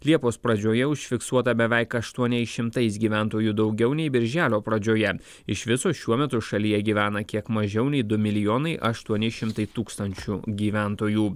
liepos pradžioje užfiksuota beveik aštuoniais šimtais gyventojų daugiau nei birželio pradžioje iš viso šiuo metu šalyje gyvena kiek mažiau nei du milijonai aštuoni šimtai tūkstančių gyventojų